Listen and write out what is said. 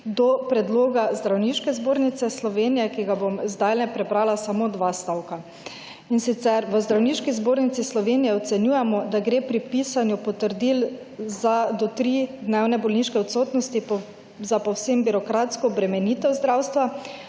do predloga Zdravniške zbornice Slovenije, ki ga bom zdajle prebrala. Samo dva stavka, in sicer: »V Zdravniški zbornici Slovenije ocenjujemo, da gre pri pisanju potrdil za do tri dnevne bolniške odsotnosti za povsem birokratsko bremenitev zdravstva,